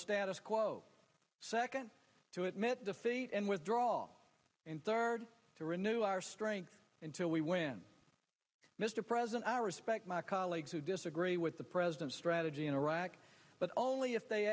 status quo second to admit defeat and withdraw and start to renew our strength until we win mr president i respect my colleagues who disagree with the president's strategy in iraq but only if they